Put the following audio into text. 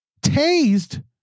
tased